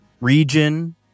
region